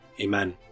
Amen